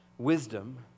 Wisdom